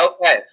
Okay